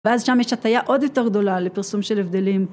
ואז שם יש הטייה עוד יותר גדולה לפרסום של הבדלים.